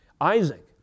Isaac